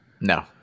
No